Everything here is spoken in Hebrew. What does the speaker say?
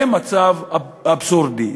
זה מצב אבסורדי.